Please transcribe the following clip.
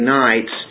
nights